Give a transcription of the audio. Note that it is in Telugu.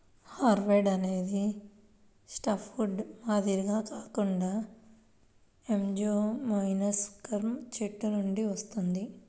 హార్డ్వుడ్ అనేది సాఫ్ట్వుడ్ మాదిరిగా కాకుండా యాంజియోస్పెర్మ్ చెట్ల నుండి వస్తుంది